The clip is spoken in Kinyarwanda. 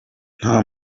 nta